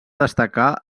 destacar